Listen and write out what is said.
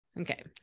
Okay